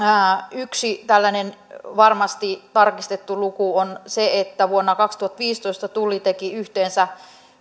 yksi tällainen varmasti tarkistettu luku on se että vuonna kaksituhattaviisitoista tulli teki yhteensä